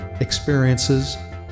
experiences